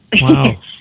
Wow